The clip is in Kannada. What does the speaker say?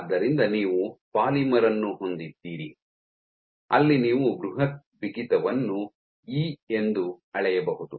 ಆದ್ದರಿಂದ ನೀವು ಪಾಲಿಮರ್ ಅನ್ನು ಹೊಂದಿದ್ದೀರಿ ಅಲ್ಲಿ ನೀವು ಬೃಹತ್ ಬಿಗಿತವನ್ನು ಇ ಎಂದು ಅಳೆಯಬಹುದು